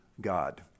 God